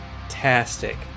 Fantastic